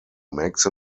makes